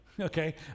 Okay